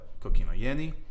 Kokinoyeni